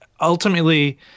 ultimately